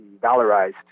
valorized